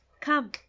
come